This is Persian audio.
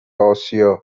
آسیا